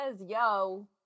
Yo